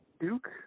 Duke